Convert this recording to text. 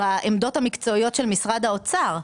בעמדות המקצועיות של משרד האוצר.